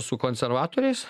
su konservatoriais